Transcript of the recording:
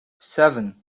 seven